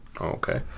Okay